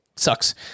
Sucks